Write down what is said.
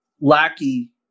lackey